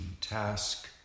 task